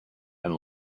and